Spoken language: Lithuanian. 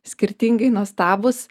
skirtingai nuostabūs